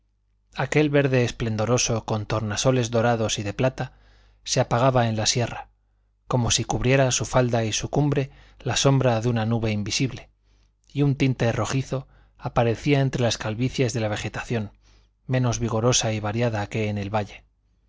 aquel verde esplendoroso con tornasoles dorados y de plata se apagaba en la sierra como si cubriera su falda y su cumbre la sombra de una nube invisible y un tinte rojizo aparecía entre las calvicies de la vegetación menos vigorosa y variada que en el valle